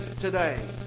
today